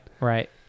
right